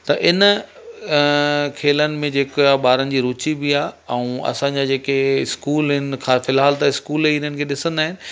त इन खेलनि में जेका ॿारनि जी रुचि बि आहे ऐं असांजा जेके स्कूल आहिनि खां फ़िलहाल त स्कूल इन्हनि खे ॾिसंदा आहिनि